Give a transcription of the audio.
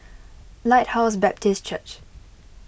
Lighthouse Baptist Church